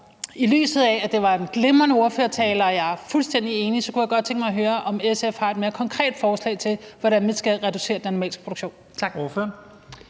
i lyset af at det var en glimrende ordførertale, og jeg er fuldstændig enig, så kunne jeg godt tænke mig at høre, om SF har et mere konkret forslag til, hvordan man skal reducere den animalske produktion.